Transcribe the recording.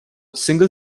single